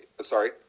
sorry